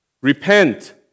Repent